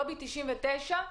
לובי 99,